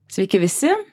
sveiki visi